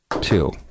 two